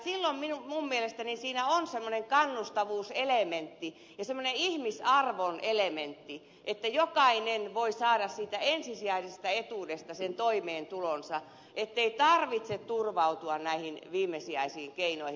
silloin minun mielestäni siinä on semmoinen kannustavuuselementti ja semmoinen ihmisarvon elementti että jokainen voi saada siitä ensisijaisesta etuudesta sen toimeentulonsa ettei tarvitse turvautua näihin viimesijaisiin keinoihin